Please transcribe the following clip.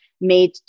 made